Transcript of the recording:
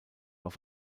auf